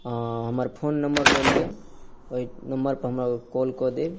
हमर phone number लऽ लिअ एहि नंबर पर हमरा कॉल कऽ देब